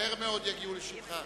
מהר מאוד יגיעו לשמךּ.